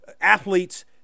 athletes